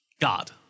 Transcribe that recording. God